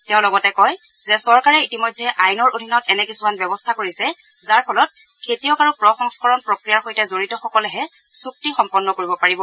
তেওঁ লগতে কয় যে চৰকাৰে ইতিমধ্যে আইনৰ অধীনত এনে কিছুমান ব্যৱস্বা কৰিছে যাৰফলত খেতিয়ক আৰু প্ৰসংস্কৰণ প্ৰক্ৰিয়াৰ সৈতে জড়িতসকলেহে চুক্তি সম্পন্ন হ'ব পাৰিব